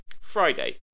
Friday